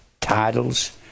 titles